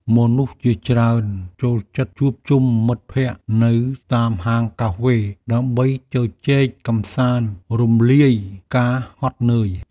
មនុស្សជាច្រើនចូលចិត្តជួបជុំមិត្តភក្តិនៅតាមហាងកាហ្វេ ដើម្បីជជែកកម្សាន្តរំលាយការហត់នឿយ។